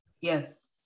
Yes